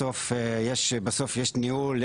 בסוף יש ניהול,